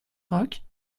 rocs